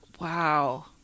Wow